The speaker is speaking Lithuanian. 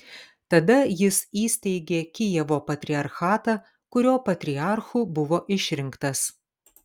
tada jis įsteigė kijevo patriarchatą kurio patriarchu buvo išrinktas